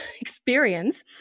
experience